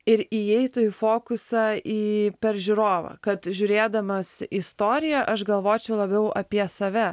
ir įeitų į fokusą į per žiūrovą kad žiūrėdamas istoriją aš galvočiau labiau apie save